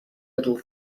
little